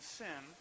sin